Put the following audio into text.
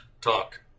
talk